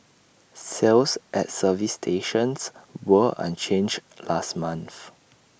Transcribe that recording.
sales at service stations were unchanged last month